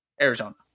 Arizona